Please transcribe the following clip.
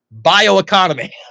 Bioeconomy